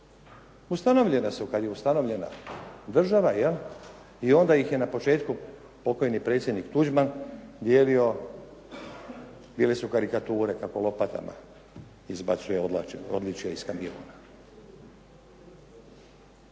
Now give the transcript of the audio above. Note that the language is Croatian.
Ustanovljena su kada je ustanovljena država, jel i onda ih je na početku pokojni predsjednik Tuđman dijelio, bile su karikature pa lopatama izbacuje odličja iz kamiona.